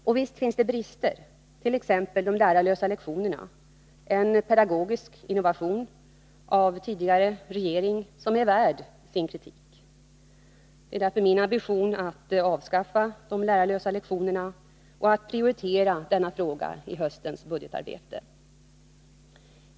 Och visst finns det brister, t.ex. de lärarlösa lektionerna, en pedagogisk innovation av tidigare regering som är värd sin kritik. Det är därför min ambition att avskaffa de lärarlösa lektionerna och att prioritera denna fråga i höstens budgarbete.